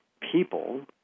people